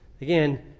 Again